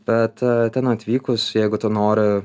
bet ten atvykus jeigu tu nori